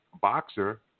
boxer